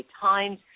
Times